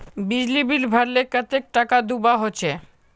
बिजली बिल भरले कतेक टाका दूबा होचे?